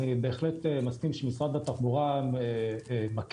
אני בהחלט מסכים שמשרד התחבורה מכיר,